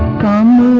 come,